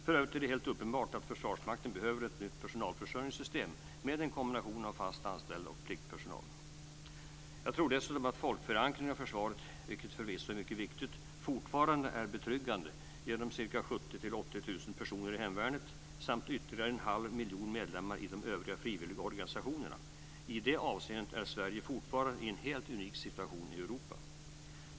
För övrigt är det helt uppenbart att Försvarsmakten behöver ett nytt personalförsörjningssystem med en kombination av fast anställda och pliktpersonal. Jag tror dessutom att folkförankringen av försvaret, vilken förvisso är mycket viktig, fortfarande är betryggande genom 70 000-80 000 personer i hemvärnet samt ytterligare en halv miljon medlemmar i de övriga frivilligorganisationerna. I det avseendet är Sverige fortfarande i en helt unik situation i Europa.